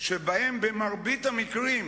שבהן במרבית המקרים,